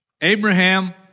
Abraham